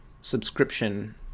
subscription